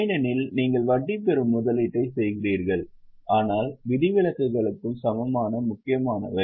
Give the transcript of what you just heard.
ஏனெனில் நீங்கள் வட்டி பெறும் முதலீட்டைச் செய்கிறீர்கள் ஆனால் விதிவிலக்குகளும் சமமாக முக்கியமானவை